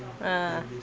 ah